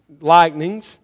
lightnings